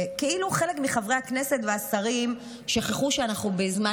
כאילו חלק מחברי הכנסת והשרים שכחו שאנחנו בזמן